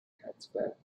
hatchback